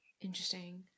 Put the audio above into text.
interesting